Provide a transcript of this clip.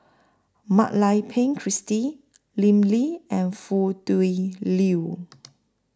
Mak Lai Peng Christine Lim Lee and Foo Tui Liew